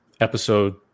episode